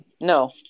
No